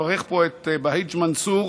לברך פה את בהיג' מנסור,